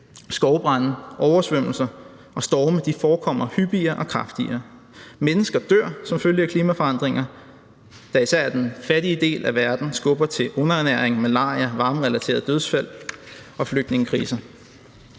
skovbrande, oversvømmelser og storme forekommer hyppigere og kraftigere. Mennesker dør som følge af klimaforandringer, der især i den fattige del af verden skubber til underernæring, malaria, varmerelaterede dødsfald og flygtningekriser.